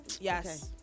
yes